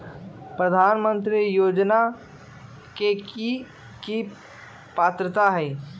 प्रधानमंत्री योजना के की की पात्रता है?